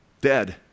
dead